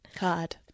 God